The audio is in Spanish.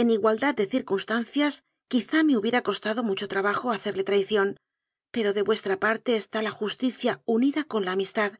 en igualdad de circunstancias quizá me hubiera costado mucho trabajo hacerle traición pero de vuestra parte está la justicia unida con la amis tad